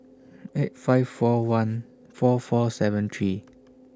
eight five four one four four seven three